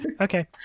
Okay